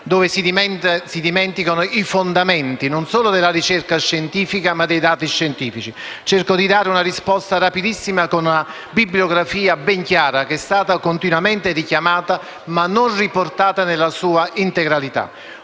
e si dimenticano i fondamenti, non solo della ricerca scientifica, ma anche i dati scientifici. Cercherò di dare una risposta rapidissima, attraverso una bibliografia ben chiara, che è stata continuamente richiamata, ma non riportata nella sua integralità.